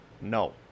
No